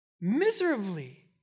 miserably